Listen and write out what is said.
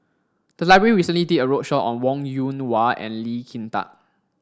the library recently did a roadshow on Wong Yoon Wah and Lee Kin Tat